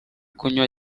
kunywa